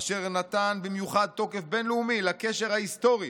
אשר נתן במיוחד תוקף בין-לאומי לקשר ההיסטורי